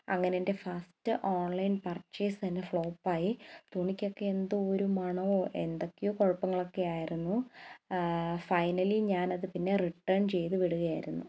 അങ്ങനെ എൻ്റെ first online purchase തന്നെ ഫ്ലോപ്പായി തുണിക്കൊക്കെ എന്തോ ഒരു മണമോ എന്തൊക്കെയോ കുഴപ്പങ്ങളൊക്കെ ആയിരുന്നു ഫൈനലീ ഞാനത് പിന്നെ റിട്ടേൺ ചെയ്ത് വിടുകയാരുന്നു